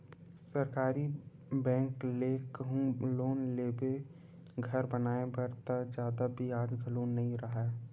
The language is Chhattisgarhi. सरकारी बेंक ले कहूँ लोन लेबे घर बनाए बर त जादा बियाज घलो नइ राहय